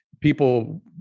people